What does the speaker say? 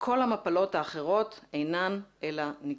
שכל המפלות האחרות אינן אלא נגזרותיה.